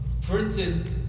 printed